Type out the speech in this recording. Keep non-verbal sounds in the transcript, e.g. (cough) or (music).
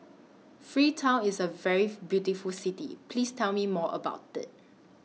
Freetown IS A very (noise) beautiful City Please Tell Me More about IT